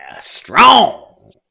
Strong